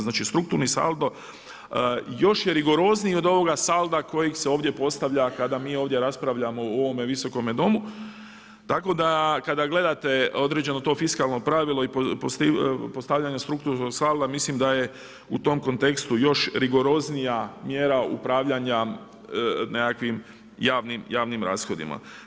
Znači strukturni saldo još je rigorozniji od ovoga salda kojeg se ovdje postavlja kada mi ovdje raspravljamo u ovom visokome Domu, tako da kada gledate određeno to fiskalno pravilo i postavljanje strukturnog salda mislim da je u tom kontekstu još rigoroznija mjera upravljanja nekakvim javnim rashodima.